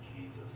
Jesus